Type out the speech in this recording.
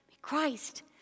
Christ